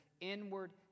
inward